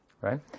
Right